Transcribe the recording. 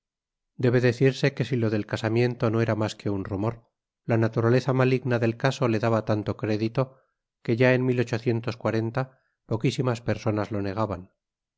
morganático debe decirse que si lo del casamiento no era más que un rumor la naturaleza maligna del caso le daba tanto crédito que ya en poquísimas personas lo negaban